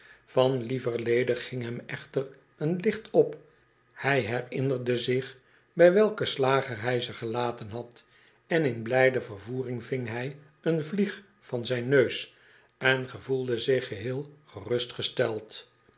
van lieverlede ging hem echter een licht op hij herinnerde zich bij welken slager hij ze gelaten had en in blijde vervoering ving hy een vlieg van zjjn neus en gevoelde zich geheel